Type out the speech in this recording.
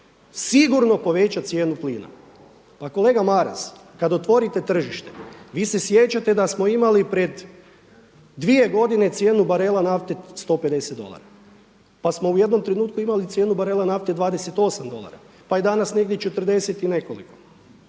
sigurno povećati cijenu plina. Pa kolega Maras, kada otvorite tržište, vi se sjećate da smo imali pred dvije godine cijenu barela nafte 150 dolara pa smo u jednom trenutku imali cijenu barela nafte 28 dolara, pa je danas negdje 40 i nekoliko.